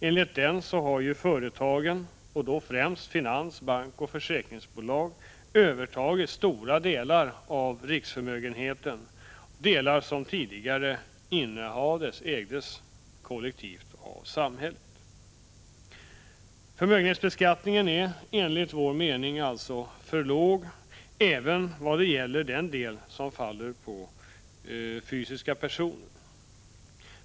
Enligt denna har företagen, främst finans-, bankoch försäkringsbolag, övertagit stora delar av riksförmögenheten — delar som tidigare ägdes kollektivt av samhället. Förmögenhetsbeskattningen är alltså enligt vpk:s mening för låg, även vad gäller den del som faller på fysiska personer.